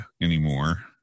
anymore